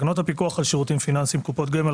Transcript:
תקנות הפיקוח על שירותים פיננסיים (קופות גמל)